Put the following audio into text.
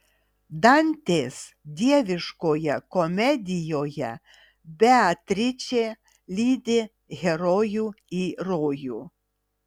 dantės dieviškoje komedijoje beatričė lydi herojų į rojų